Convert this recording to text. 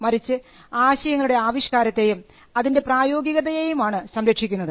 മറിച്ച് ആശയങ്ങളുടെ ആവിഷ്കാരത്തെയും അതിൻറെ പ്രായോഗികതയെയുമാണ് സംരക്ഷിക്കുന്നത്